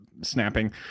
snapping